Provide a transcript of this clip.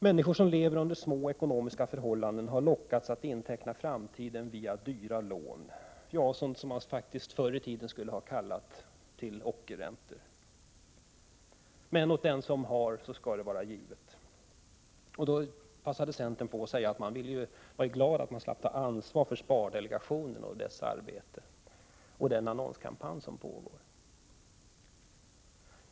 Människor som lever under små ekonomiska förhållanden har lockats att inteckna framtiden via dyra lån, till det man förr i tiden skulle ha kallat ockerräntor. Men åt den som har skall varda givet. Då passade centertalaren på att säga att de var glada att de slapp ta ansvar för spardelegationen, dess arbete och den annonskampanj som pågår.